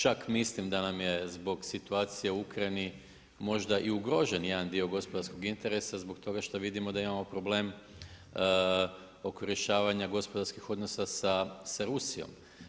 Čak mislim da nam je zbog situacije u Ukrajini možda i ugrožen jedan dio gospodarskog interesa zbog toga što vidimo da imamo problem oko rješavanja gospodarskih odnosa sa Rusijom.